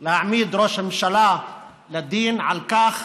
להעמיד ראש ממשלה לדין על כך